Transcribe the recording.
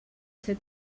ser